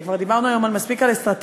כי כבר דיברנו היום מספיק על אסטרטגיה.